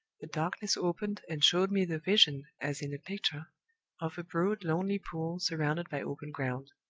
the darkness opened, and showed me the vision as in a picture of a broad, lonely pool, surrounded by open ground.